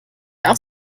auch